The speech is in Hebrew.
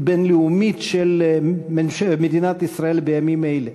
הבין-לאומית של מדינת ישראל בימים אלה,